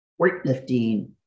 weightlifting